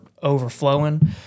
overflowing